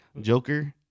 Joker